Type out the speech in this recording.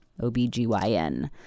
OBGYN